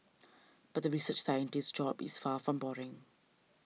but the research scientist's job is far from boring